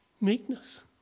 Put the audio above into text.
Meekness